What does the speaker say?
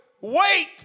wait